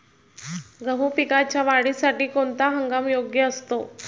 गहू पिकाच्या वाढीसाठी कोणता हंगाम योग्य असतो?